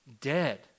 dead